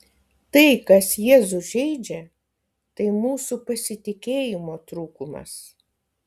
tai kas jėzų žeidžia tai mūsų pasitikėjimo trūkumas